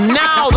now